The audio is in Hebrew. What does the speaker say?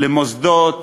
למוסדות,